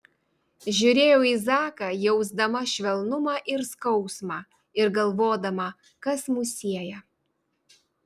žiūrėjau į zaką jausdama švelnumą ir skausmą ir galvodama kas mus sieja